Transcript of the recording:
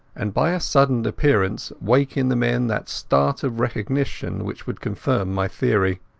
and by a sudden appearance wake in the men that start of recognition which would confirm my theory.